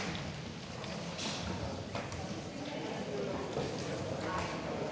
Tak